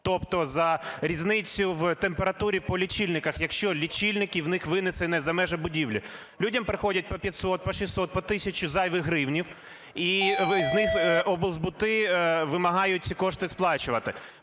тобто за різницю в температурі по лічильниках, якщо лічильники в них винесені за межі будівлі. Людям приходить по 500, по 600, по тисячі зайвих гривень, і з них облзбути вимагають ці кошти сплачувати.